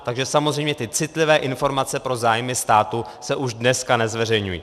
Takže samozřejmě ty citlivé informace pro zájmy státu se už dneska nezveřejňují.